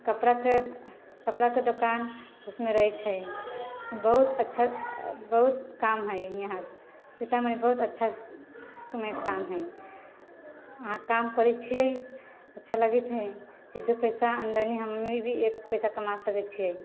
कपड़ाके दोकान ओहिमे रहैत छै ओहिमे बहुत अच्छा बहुत काम हइ ओहिमे यहाँ सीतामढ़ीमे बहुत अच्छामे काम हइ अहाँ काम करैत छियै अच्छा लगैत छै कि दू पैसा आमदनी हमनी भी एक पैसा कमा सकैत छियै